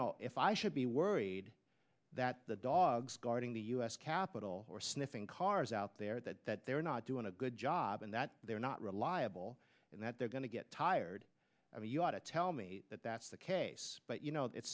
know if i should be worried that the dogs guarding the u s capitol or sniffing cars out there that that they're not doing a good job and that they're not reliable and that they're going to get tired of me you ought to tell me that that's the case but you know it